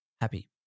happy